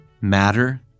matter